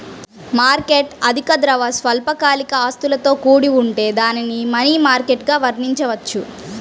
market అధిక ద్రవ, స్వల్పకాలిక ఆస్తులతో కూడి ఉంటే దానిని మనీ మార్కెట్గా వర్ణించవచ్చు